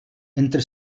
entre